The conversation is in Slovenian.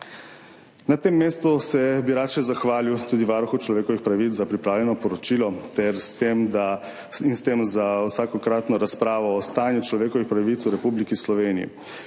Na tem mestu bi se rad še zahvalil Varuhu človekovih pravic za pripravljeno poročilo in s tem za vsakokratno razpravo o stanju človekovih pravic v Republiki Sloveniji.